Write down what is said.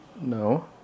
No